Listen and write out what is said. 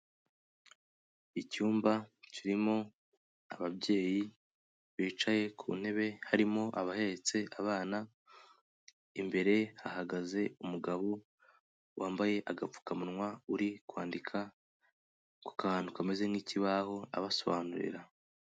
Icyumba kirimo ababyeyi bicaye ku ntebe harimo abahetse abana, imbere hahagaze umugabo wambaye agapfukamunwa uri kwandika ku kantu kameze nk'ikibaho abasobanurira.